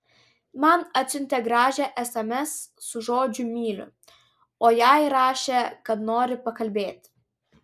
man atsiuntė gražią sms su žodžiu myliu o jai rašė kad nori pakalbėti